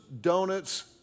donuts